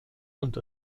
und